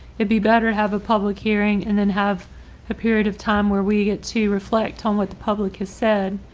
it'd be better have a public hearing and then have a period of time where we get to reflect on what the public has said.